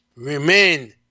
Remain